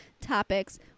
topics